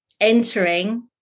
entering